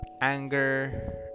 anger